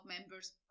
members